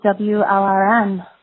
WLRN